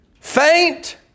Faint